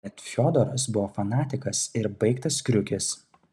bet fiodoras buvo fanatikas ir baigtas kriukis